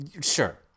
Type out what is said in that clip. Sure